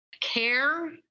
care